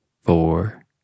four